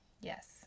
Yes